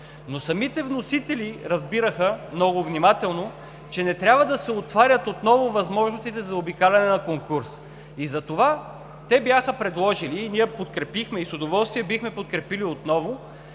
но самите вносители разбираха много внимателно, че не трябва да се отварят отново възможностите за заобикаляне на конкурс и затова те бяха предложили и ние подкрепихме, и с удоволствие бихме подкрепили отново